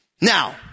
Now